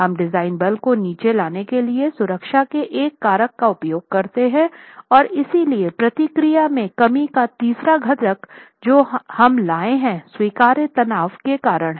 हम डिजाइन बल को नीचे लाने के लिए सुरक्षा के एक कारक का उपयोग करते हैं और इसलिए प्रतिक्रिया में कमी का तीसरा घटक जो हम लाये हैं स्वीकार्य तनाव के कारण है